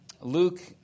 Luke